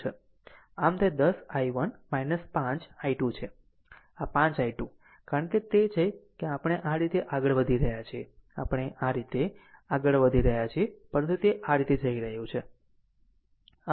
આમ તે 10 i1 5 i2 છે આ 5 i2 કારણ કે તે તે છે કે આપણે આ રીતે આગળ વધી રહ્યા છીએ આપણે આ રીતે આગળ વધી રહ્યા છીએ પરંતુ તે આ રીતે જઈ રહ્યું છે